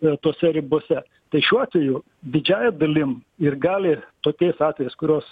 ir tose ribose tai šiuo atveju didžiąja dalim ir gali tokiais atvejais kuriuos